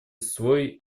свой